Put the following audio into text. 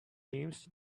names